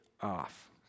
off